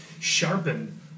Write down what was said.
sharpen